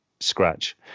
scratch